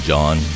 John